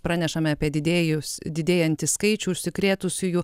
pranešame apie didėjus didėjantį skaičių užsikrėtusiųjų